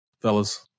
fellas